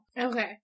Okay